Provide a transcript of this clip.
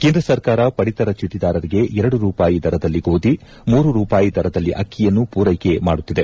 ಕೇಂದ್ರ ಸರ್ಕಾರ ಪಡಿತರ ಚೀಟದಾರರಿಗೆ ಎರಡು ರೂಪಾಯಿ ದರದಲ್ಲಿ ಗೋಧಿ ಮೂರು ರೂಪಾಯಿ ದರದಲ್ಲಿ ಅಕ್ಕಿಯನ್ನು ಪೂರೈಕೆ ಮಾಡುತ್ತಿದೆ